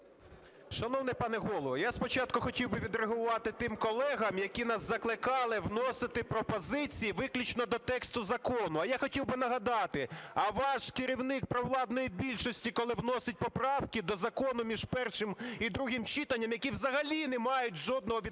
Шановний пане Голово, я спочатку хотів би відреагувати тим колегам, які нас закликали вносити пропозиції виключно до тексту закону. А я хотів би нагадати, а ваш керівник провладної більшості, коли вносить поправки до закону між першим і другим читанням, які взагалі не мають жодного відношення